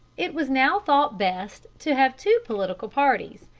it was now thought best to have two political parties,